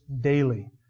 daily